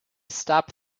stop